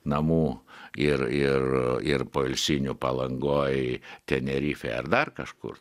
namų ir ir ir poilsinių palangoj tenerifėj ar dar kažkur